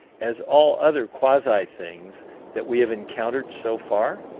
as all other quasi-things that we have encountered so far?